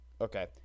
Okay